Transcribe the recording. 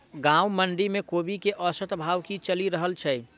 गाँवक मंडी मे कोबी केँ औसत भाव की चलि रहल अछि?